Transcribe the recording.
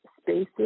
spaces